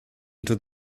into